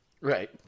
Right